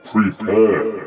Prepare